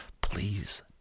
please